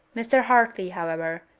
mr. hartley, however,